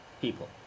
people